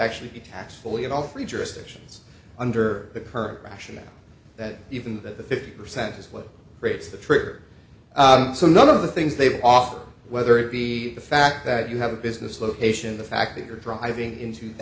actually be taxed fully in all three jurisdictions under the current rationale that even that the fifty percent is what creates the trigger so none of the things they've talked whether it be the fact that you have a business location the fact that you're driving int